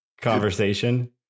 conversation